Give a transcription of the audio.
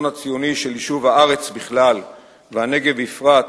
הציוני של יישוב הארץ בכלל והנגב בפרט,